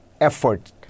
effort